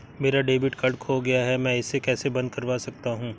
मेरा debit card खो गया है मैं इसे कैसे बंद करवा सकता हूँ?